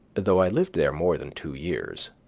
though i lived there more than two years